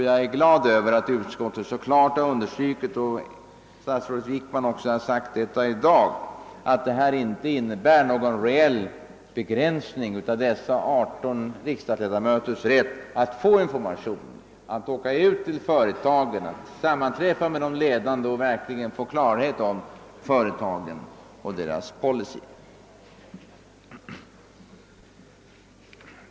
Vi är glada över att utskottet så klart har understrukit och att även statsrådet Wickman i dag har sagt, att detta inte innebär någon reell begränsning av dessa 18 riksdagsledamöters rätt att få information, att åka ut till företagen, sammanträffa med de ledande och verkligen få klarhet i företagen och deras policy.